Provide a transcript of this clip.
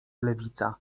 lewica